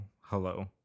hello